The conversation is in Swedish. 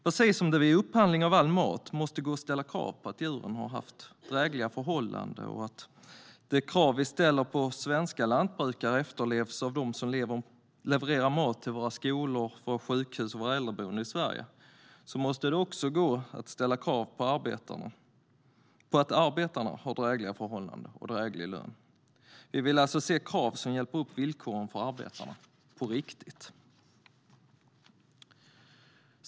Precis som det vid upphandling av all mat måste gå att ställa krav på att djuren har haft drägliga förhållanden och att de krav vi ställer på svenska lantbrukare efterlevs av dem som levererar mat till våra skolor, våra sjukhus och våra äldreboenden i Sverige, måste det också gå att ställa krav på att arbetarna har drägliga förhållanden och drägliga löner. Vi vill alltså se krav som hjälper upp villkoren för arbetarna på riktigt.